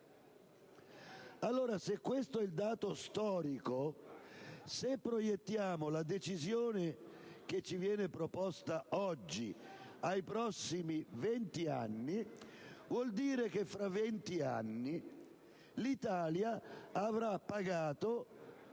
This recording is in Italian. il costo. Se questo è il dato storico, se proiettiamo la decisione che ci viene proposta oggi sui prossimi venti anni, fra venti anni l'Italia avrà pagato